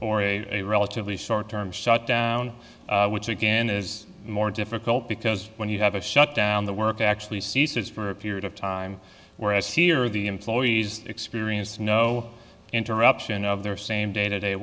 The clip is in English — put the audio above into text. or a relatively short term shutdown which again is more difficult because when you have a shutdown the work actually ceases for a period of time whereas here the employees experience no interruption of their same day to day